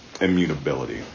immutability